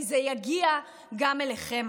כי זה יגיע גם אליכם,